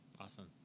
Awesome